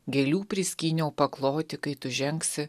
gėlių priskyniau pakloti kai tu žengsi